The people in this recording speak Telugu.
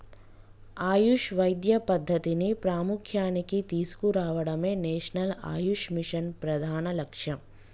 ఆయుష్ వైద్య పద్ధతిని ప్రాముఖ్య్యానికి తీసుకురావడమే నేషనల్ ఆయుష్ మిషన్ ప్రధాన లక్ష్యం